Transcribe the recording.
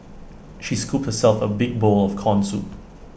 she scooped herself A big bowl of Corn Soup